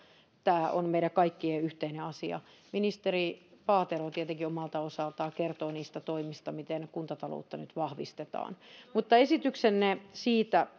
tämä on meidän kaikkien yhteinen asia ministeri paatero tietenkin omalta osaltaan kertoo niistä toimista miten kuntataloutta nyt vahvistetaan mutta esityksenne siitä